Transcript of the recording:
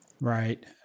Right